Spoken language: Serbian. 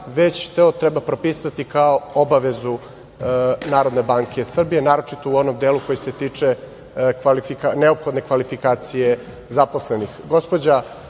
već to treba propisati kao obavezu Narodne banke Srbije, naročito u onom delu koji se tiče neophodne kvalifikacije zaposlenih. Gospođa